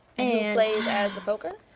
and plays as the poker?